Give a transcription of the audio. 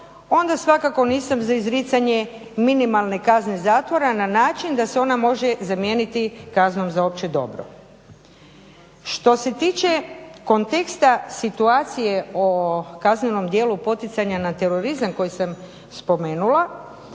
onda svakako nisam za izricanje minimalne kazne zatvora na način da se ona može zamijeniti kaznom za opće dobro. Što se tiče konteksta situacije o kaznenom djelu poticanja na terorizam koji sam spomenula